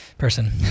person